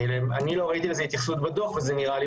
לא ראיתי לזה התייחסות בדוח וזה נראה לי